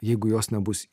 jeigu jos nebus